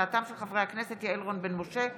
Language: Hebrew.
בהצעתם של חברי הכנסת יעל רון בן משה,